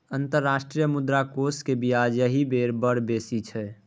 अंतर्राष्ट्रीय मुद्रा कोषक ब्याज एहि बेर बड़ बेसी छै